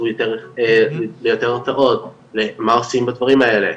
שהוא יותר מטרות למה עושים בדברים האלה,